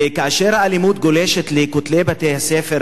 כאשר האלימות גולשת אל בין כותלי בתי-הספר,